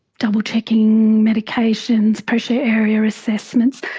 doublechecking medications, pressure area assessments,